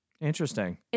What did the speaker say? Interesting